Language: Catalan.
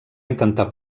intentar